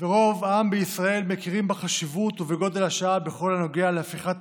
ורוב העם בישראל מכירים בחשיבות ובגודל השעה בכל הנוגע להפיכת